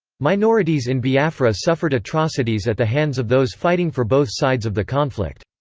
minorities in biafra suffered atrocities at the hands of those fighting for both sides of the conflict.